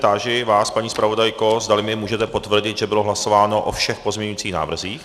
Táži vás, paní zpravodajko, zdali mi můžete potvrdit, že bylo hlasováno o všech pozměňovacích návrzích.